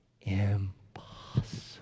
impossible